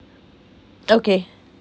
okay